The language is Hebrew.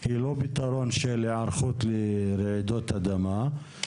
היא לא פתרון של היערכות לרעידות אדמה.